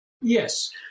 Yes